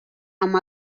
amb